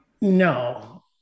No